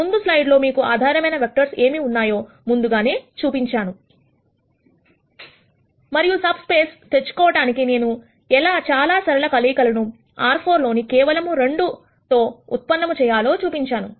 ముందు స్లైడ్ లో మీకు ఆధారమైన వెక్టర్స్ ఏమి ఉన్నాయో ముందుగానే చూపించాను మరియు సబ్ స్పేస్ తెచ్చుకోవటానికి నేను ఎలా చాలా సరళ కలయికలను R4 లోని కేవలము 2 తో ఉత్పన్నము చేయాలో చూపించాను